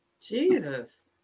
Jesus